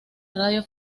radio